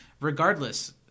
regardless